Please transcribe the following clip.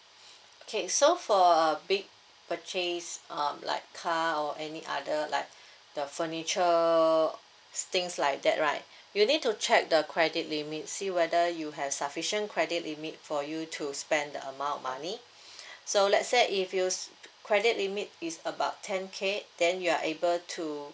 okay so for a big purchase um like car or any other like the furniture things like that right you need to check the credit limit see whether you have sufficient credit limit for you to spend the amount of money so let's say if you credit limit is about ten K then you are able to